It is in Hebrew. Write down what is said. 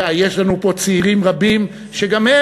יש לנו פה צעירים רבים שגם הם,